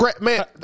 man